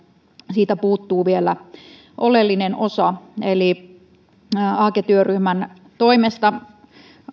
siitä puuttuu vielä oleellinen osa aake työryhmän toimesta